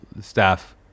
staff